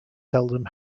seldom